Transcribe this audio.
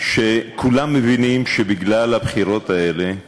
שכולם מבינים שבגלל הבחירות האלה הקשישים,